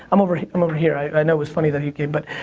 i'm over i'm over here, i know it was funny that he came. but